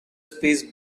space